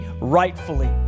rightfully